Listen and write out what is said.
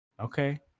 Okay